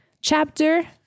chapter